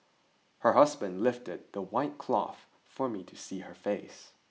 her husband lifted the white cloth for me to see her face